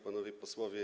Panowie Posłowie!